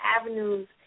avenues